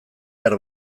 behar